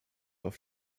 auf